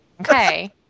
Okay